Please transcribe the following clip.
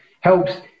helps